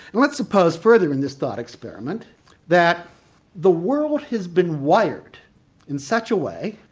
let's suppose further in this thought experiment that the world has been wired in such a way,